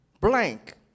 Blank